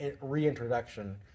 reintroduction